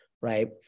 Right